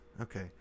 okay